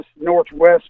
northwest